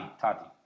Tati